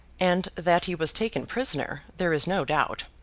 and that he was taken prisoner, there is no doubt.